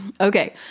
Okay